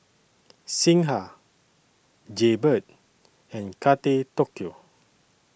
Singha Jaybird and Kate Tokyo